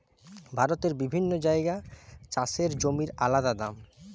ভারতের বিভিন্ন জাগায় চাষের জমির আলদা দাম